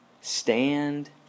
Stand